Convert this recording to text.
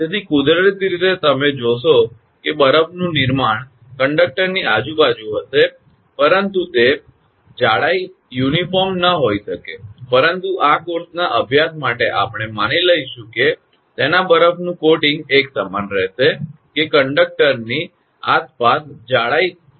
તેથી કુદરતી રીતે તમે જોશો કે બરફનું નિર્માણ કંડક્ટરની આજુબાજુ હશે પરંતુ તે જાડાઈ એકસરખી ન હોઈ શકે પરંતુ આ કોર્સના આપણા અભ્યાસ માટે આપણે માની લઈશું કે તેના બરફનું કોટિંગ એકસમાન હશે કે કંડકટર્ની આસપાસ જાડાઈ સરખી જ રહેશે